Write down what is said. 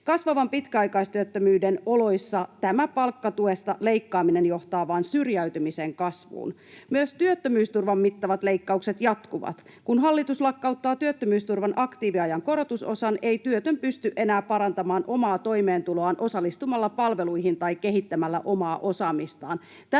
Kasvavan pitkäaikaistyöttömyyden oloissa tämä palkkatuesta leikkaaminen johtaa vain syrjäytymisen kasvuun. Myös työttömyysturvan mittavat leikkaukset jatkuvat. Kun hallitus lakkauttaa työttömyysturvan aktiiviajan korotusosan, ei työtön pysty enää parantamaan omaa toimeentuloaan osallistumalla palveluihin tai kehittämällä omaa osaamistaan.